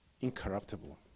incorruptible